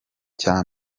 cya